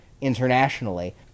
internationally